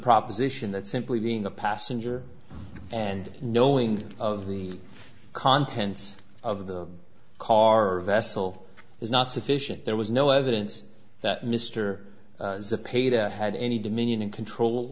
proposition that simply being a passenger and knowing of the contents of the car or vessel is not sufficient there was no evidence that mr apptit had any dominion and control